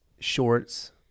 shorts